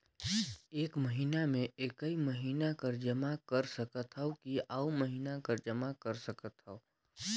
एक महीना मे एकई महीना कर जमा कर सकथव कि अउ महीना कर जमा कर सकथव?